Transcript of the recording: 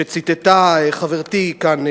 שציטטה חברתי כאן,